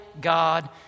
God